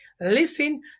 listen